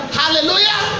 hallelujah